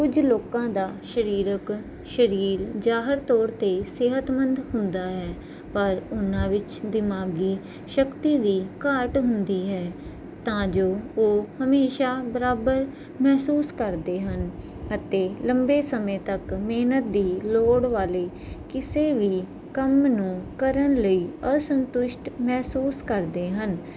ਕੁਝ ਲੋਕਾਂ ਦਾ ਸਰੀਰਕ ਸਰੀਰ ਜਾਹਰ ਤੌਰ 'ਤੇ ਸਿਹਤਮੰਦ ਹੁੰਦਾ ਹੈ ਪਰ ਉਹਨਾਂ ਵਿੱਚ ਦਿਮਾਗੀ ਸ਼ਕਤੀ ਦੀ ਘਾਟ ਹੁੰਦੀ ਹੈ ਤਾਂ ਜੋ ਉਹ ਹਮੇਸ਼ਾ ਬਰਾਬਰ ਮਹਿਸੂਸ ਕਰਦੇ ਹਨ ਅਤੇ ਲੰਬੇ ਸਮੇਂ ਤੱਕ ਮਿਹਨਤ ਦੀ ਲੋੜ ਵਾਲੇ ਕਿਸੇ ਵੀ ਕੰਮ ਨੂੰ ਕਰਨ ਲਈ ਅਸੰਤੁਸ਼ਟ ਮਹਿਸੂਸ ਕਰਦੇ ਹਨ